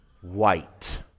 white